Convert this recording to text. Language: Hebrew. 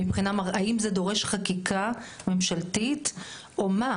האם זה דורש חקיקה ממשלתית או מה?